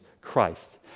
Christ